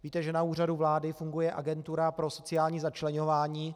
Víte, že na Úřadu vlády funguje Agentura pro sociální začleňování.